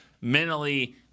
mentally